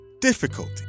difficulty